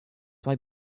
why